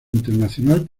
internacional